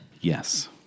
Yes